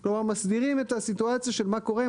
כלומר מסדירים את הסיטואציה של מה קורה אם אני